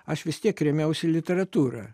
aš vis tiek rėmiausi literatūra